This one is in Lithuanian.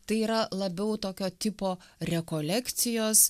tai yra labiau tokio tipo rekolekcijos